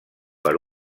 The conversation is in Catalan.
per